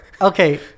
okay